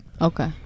Okay